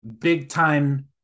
big-time